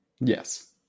yes